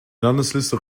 landesliste